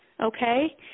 okay